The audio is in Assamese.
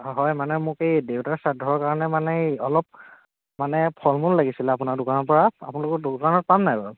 হয় মানে মোক এই দেউতাৰ শ্ৰাদ্ধৰ কাৰণে মানে এই অলপ মানে ফল মূল লাগিছিলে আপোনাৰ দোকানৰ পৰা আপোনালোকৰ দোকানত পাম নাই বাৰু